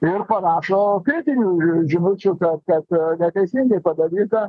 ir parašo kritinių žinučių kad kad neteisingai padaryta